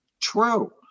true